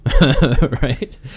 right